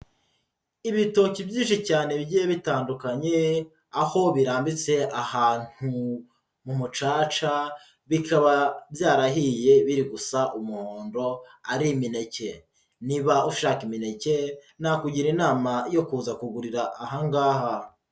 Ibitoki byinshi cyane bigiye bitandukanye, aho birambitse ahantu mu mucaca, bikaba byarahiye biri gusa umuhondo, ari imineke, niba ushaka imineke nakugira inama yo kuza kugurira aha ngaha.